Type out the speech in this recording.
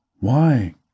Why